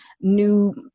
new